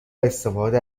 استفاده